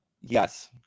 Yes